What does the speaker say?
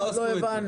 עוד לא הבנו.